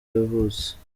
yavutse